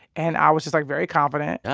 and i was just, like, very confident. ah